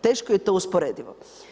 Teško je to usporedivo.